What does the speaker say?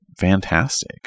fantastic